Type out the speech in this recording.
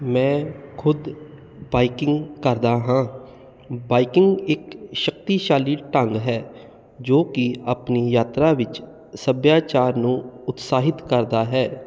ਮੈਂ ਖੁਦ ਬਾਈਕਿੰਗ ਕਰਦਾ ਹਾਂ ਬਾਈਕਿੰਗ ਇੱਕ ਸ਼ਕਤੀਸ਼ਾਲੀ ਢੰਗ ਹੈ ਜੋ ਕਿ ਆਪਣੀ ਯਾਤਰਾ ਵਿੱਚ ਸੱਭਿਆਚਾਰ ਨੂੰ ਉਤਸਾਹਿਤ ਕਰਦਾ ਹੈ